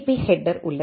B header உள்ளது